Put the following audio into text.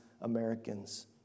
Americans